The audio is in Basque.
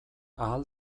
ahal